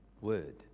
word